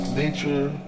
nature